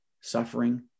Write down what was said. suffering